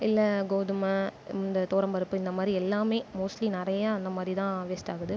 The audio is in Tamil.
இல்லை கோதுமை இந்த துவரம்பருப்பு இந்தமாதிரி எல்லாமே மோஸ்ட்லி நிறைய அந்தமாதிரி தான் வேஸ்ட் ஆகுது